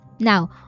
Now